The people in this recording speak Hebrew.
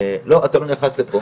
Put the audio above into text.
אמר לי 'לא, אתה לא נכנס לפה'.